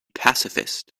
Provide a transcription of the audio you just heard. pacifist